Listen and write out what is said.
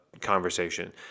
conversation